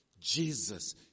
Jesus